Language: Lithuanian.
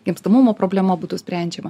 gimstamumo problema būtų sprendžiama